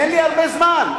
אין לי הרבה זמן,